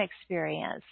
experience